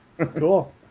Cool